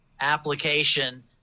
application